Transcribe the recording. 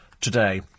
today